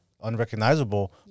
unrecognizable